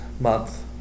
month